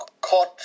Caught